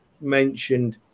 mentioned